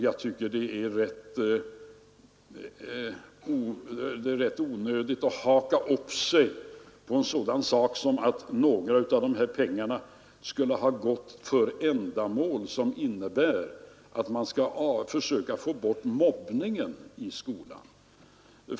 Jag tycker det är rätt onödigt att haka upp sig på att viss del av de här pengarna skulle ha gått till ändamål som innebär att man skall försöka få bort mobbningen i skolan.